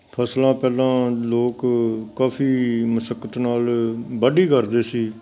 ਫਸਲਾਂ ਪਹਿਲਾਂ ਲੋਕ ਕਾਫੀ ਮੁਸ਼ੱਕਤ ਨਾਲ ਵਾਢੀ ਕਰਦੇ ਸੀ